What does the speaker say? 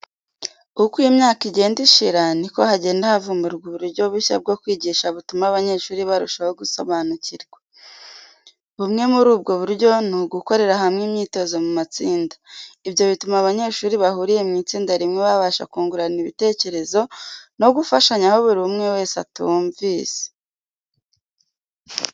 Uko imyaka igenda ishira niko hagenda havumburwa uburyo bushya bwo kwigisha butuma abanyeshuri barushaho gusobanukirwa. Bumwe muri ubwo buryo ni ugukorera hamwe imyitozo mu matsinda. Ibyo bituma abanyeshuri bahuriye mu itsinda rimwe babasha kungurana ibitekerezo no gufashanya aho buri umwe atumvise.